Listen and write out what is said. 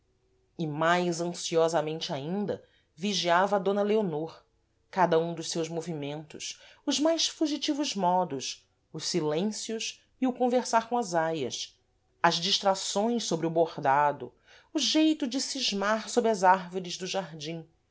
e mais ansiosamente ainda vigiava d leonor cada um dos seus movimentos os mais fugitivos modos os silêncios e o conversar com as aias as distracções sôbre o bordado o geito de scismar sob as árvores do jardim